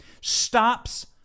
stops